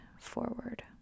forward